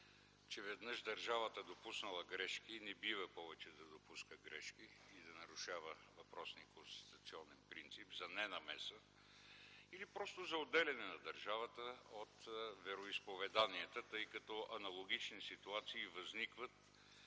че веднъж държавата допуснала грешки не бива повече да допуска грешки и да нарушава въпросния конституционен принцип за ненамеса или просто за отделяне на държавата от вероизповеданията, тъй като аналогични ситуации възникват